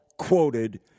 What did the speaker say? quoted